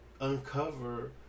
uncover